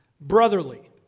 Brotherly